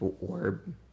orb